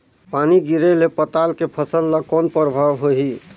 पानी गिरे ले पताल के फसल ल कौन प्रभाव होही?